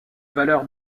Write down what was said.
valeur